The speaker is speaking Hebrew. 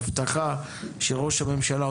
הבטחה של ראש הממשלה,